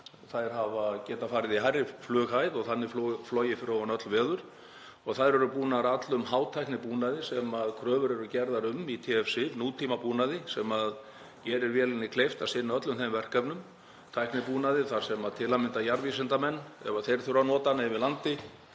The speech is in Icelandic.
þær hafa getað farið í hærri flughæð og þannig flogið fyrir ofan öll veður. Þær eru búnar öllum hátæknibúnaði sem kröfur eru gerðar um í TF-SIF; nútímabúnaði sem gerir vélinni kleift að sinna öllum verkefnum, tæknibúnaði þar sem til að mynda jarðvísindamenn, ef þeir þurfa að nota hana yfir landi